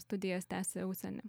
studijas tęsi užsieny